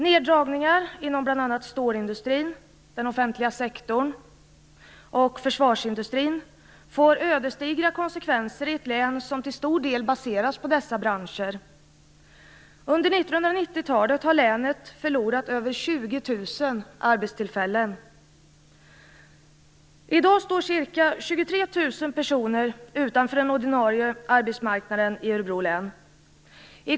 Neddragningar inom bl.a. stålindustrin, den offentliga sektorn och försvarsindustrin får ödesdigra konsekvenser i ett län som till stor del baseras på dessa branscher. Under 1990-talet har länet förlorat över I dag står ca 23 000 personer utanför den ordinarie arbetsmarknaden i Örebro län.